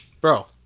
Bro